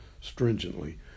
stringently